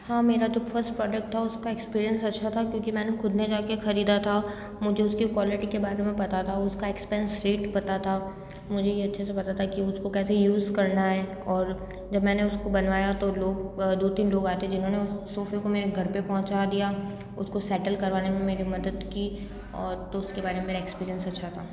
हाँ मेरा जो फ़र्स्ट प्रॉडक्ट था उसका एक्सपीरियन्स अच्छा था क्योंकि मैंने खुद ने जाके खरीदा था मुझे उसकी क्वालिटी के बारे में पता था उसका एक्सपेन्स रेट पता था मुझे ये अच्छे से पता था ये कि उसको कैसे यूज़ करना है और जब मैंने उसको बनवाया तो लोग दो तीन लोग आए थे जिन्होंने उस स सोफ़े को मेरे घर पे पहुँचा दिया उसको सेटल करवाने में मेरी मदद की और तो उसके बारे में मेरा एक्सपीरियन्स अच्छा था